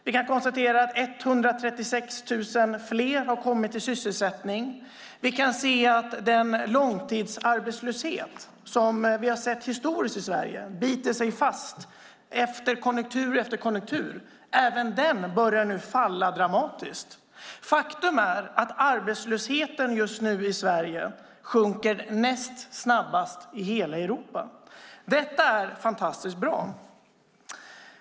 Vi kan konstatera att 136 000 fler har kommit i sysselsättning. Vi har sett en långtidsarbetslöshet historiskt i Sverige som bitit sig fast i konjunktur efter konjunktur. Även den börjar nu falla dramatiskt. Faktum är att arbetslösheten i Sverige just nu sjunker näst snabbast i hela Europa. Detta är fantastiskt bra.